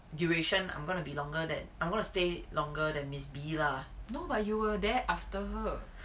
duration I'm gonna be longer that I'm going to stay longer than miss B lah